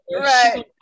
Right